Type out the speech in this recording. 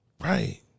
Right